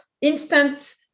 instant